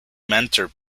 mentor